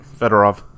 Fedorov